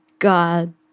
God